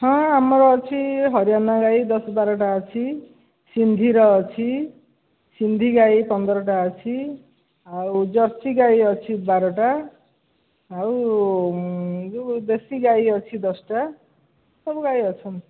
ହଁ ଆମର ଅଛି ହରିୟାନା ଗାଈ ଦଶ ବାରଟା ଅଛି ସିନ୍ଧିର ଅଛି ସିନ୍ଧି ଗାଈ ପନ୍ଦରଟା ଅଛି ଆଉ ଜର୍ସି ଗାଈ ଅଛି ବାରଟା ଆଉ ଯେଉଁ ଦେଶୀ ଗାଈ ଅଛି ଦଶଟା ସବୁ ଗାଈ ଅଛନ୍ତି